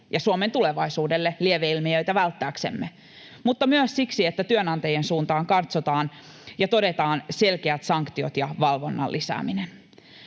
ja Suomen tulevaisuudelle lieveilmiöitä välttääksemme mutta myös siksi, että työnantajien suuntaan katsotaan ja todetaan selkeät sanktiot ja valvonnan lisääminen.